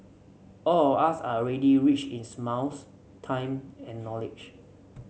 all of us are already rich in smiles time and knowledge